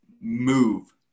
move